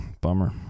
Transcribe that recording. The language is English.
bummer